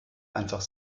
einfach